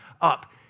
up